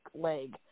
leg